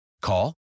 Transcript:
Call